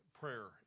prayer